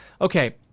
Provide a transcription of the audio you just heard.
Okay